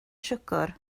siwgr